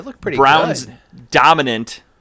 Browns-dominant